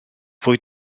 fwy